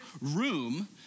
room